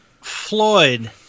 Floyd